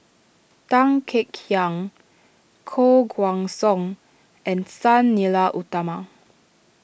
Tan Kek Hiang Koh Guan Song and Sang Nila Utama